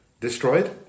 destroyed